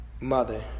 mother